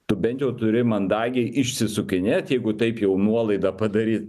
tu bent jau turi mandagiai išsisukinėt jeigu taip jau nuolaidą padaryt